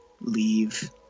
leave